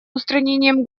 устранением